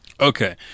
Okay